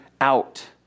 out